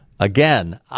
Again